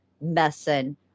messing